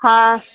हँ